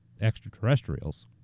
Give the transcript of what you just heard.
extraterrestrials